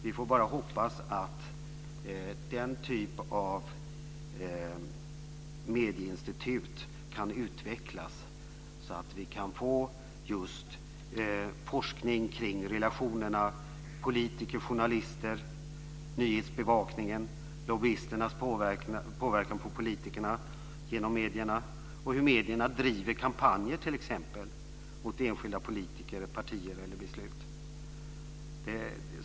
Vi får bara hoppas att denna typ av medieinstitut kan utvecklas så att vi kan få just forskning omkring relationerna mellan politiker och journalister, nyhetsbevakningen, lobbyisternas påverkan på politikerna genom medierna och hur medierna driver kampanjer mot t.ex. enskilda politiker, partier eller beslut.